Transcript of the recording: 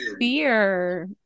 fear